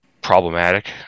problematic